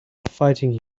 fighting